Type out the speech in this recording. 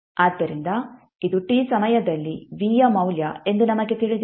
ಆದ್ದರಿಂದ ಇದು t ಸಮಯದಲ್ಲಿ v ಯ ಮೌಲ್ಯ ಎಂದು ನಮಗೆ ತಿಳಿದಿದೆ